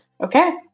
Okay